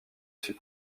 suis